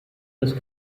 des